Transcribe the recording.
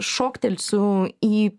šoktelsiu į